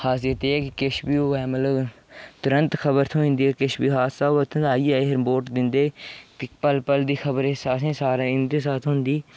खासियत एह् ऐ कि किश बी होऐ मतलब तुरंत खबर थ्होई जंदी किश बी हादसा उत्थुआं आइयै एह् रपोर्ट दिंदे कि पल पल दी खबर असें सारें गी इं'दे शा थ्होई जंदी